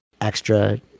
extra